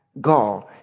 God